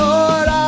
Lord